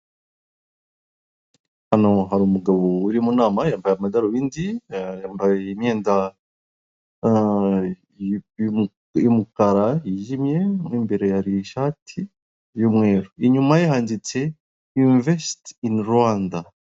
Hano hari umugabo uri mu nama yambaye amadarubindi yambaye imyenda y'umukara yijimye mo imbere yambaye ishati y'umweru inyuma ye handitse imvesiti ini Rwanda.